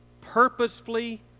purposefully